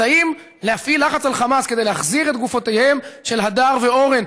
אז האם להפעיל לחץ על חמאס כדי להחזיר את גופותיהם של הדר ואורן,